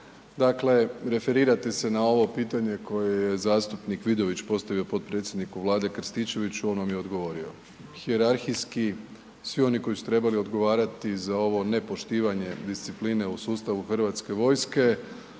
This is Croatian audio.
Dakle, referirate se na ovo pitanje koje je zastupnik Vidović postavi potpredsjedniku Vlade Krstičeviću, on vam je odgovorio. Hijerarhijski svi oni koji su trebali odgovarati za ovo nepoštivanje discipline u sustavu hrvatske vojske